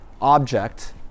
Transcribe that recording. object